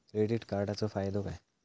Credit कार्डाचो फायदो काय?